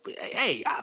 hey